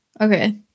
okay